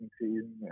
season